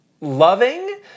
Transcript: loving